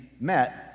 met